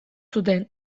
zuten